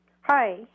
Hi